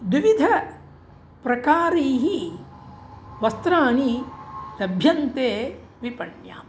द्विविधः प्रकारैः वस्त्राणि लभ्यन्ते विपण्याम्